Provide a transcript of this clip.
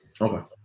Okay